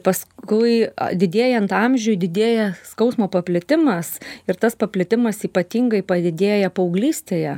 paskui didėjant amžiui didėja skausmo paplitimas ir tas paplitimas ypatingai padidėja paauglystėje